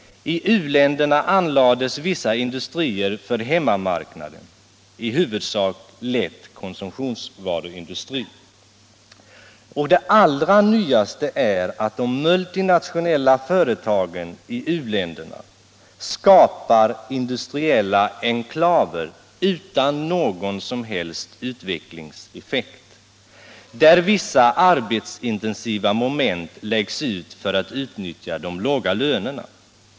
I u-länderna anlades vissa industrier för hemmamarknaden, i huvudsak lätt konsumtionsvaruindustri. Det allra nyaste är att de multinationella företagen i u-länderna skapar industriella enklaver utan någon som helst utvecklingseffekt, där vissa arbetsintensiva moment läggs ut för att utnyttja de låga lönerna.